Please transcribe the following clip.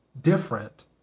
different